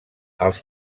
els